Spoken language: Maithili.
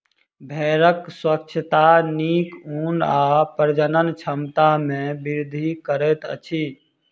भेड़क स्वच्छता नीक ऊन आ प्रजनन क्षमता में वृद्धि करैत अछि